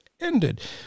ended